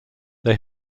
they